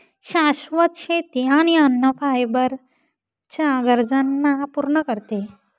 शाश्वत शेती अन्न आणि फायबर च्या गरजांना पूर्ण करते